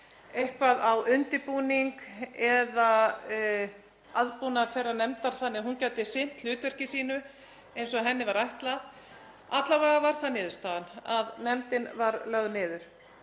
eitthvað á undirbúning eða aðbúnað þeirrar nefndar þannig að hún gæti sinnt hlutverki sínu eins og henni var ætlað. Alla vega var það niðurstaðan að nefndin var lögð niður.